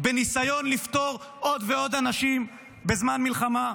בניסיון לפטור עוד ועוד אנשים בזמן המלחמה?